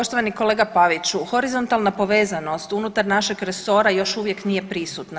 Poštovani kolega Paviću horizontalna povezanost unutar našeg resora još uvijek nije prisutna.